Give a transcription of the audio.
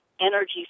energy